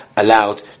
Allowed